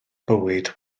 bywyd